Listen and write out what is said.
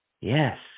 yes